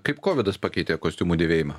kaip kovidas pakeitė kostiumų dėvėjimą